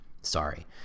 sorry